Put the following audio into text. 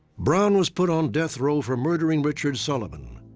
brown was put on death row for murdering richard sullivan.